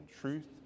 truth